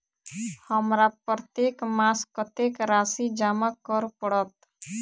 हमरा प्रत्येक मास कत्तेक राशि जमा करऽ पड़त?